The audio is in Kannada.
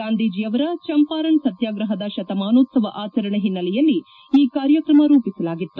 ಗಾಂಧೀಜಿಯವರ ಚಂಪಾರಣ್ ಸತ್ನಾಗ್ರಹದ ಶತಮಾನೋತ್ತವ ಆಚರಣೆ ಹಿನ್ನೆಲೆಯಲ್ಲಿ ಈ ಕಾರ್ಯಕ್ರಮ ರೂಪಿಸಲಾಗಿತ್ತು